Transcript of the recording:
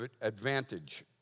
advantage